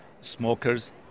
smokers